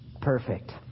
perfect